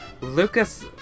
Lucas